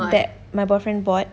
that my boyfriend bought